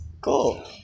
Cool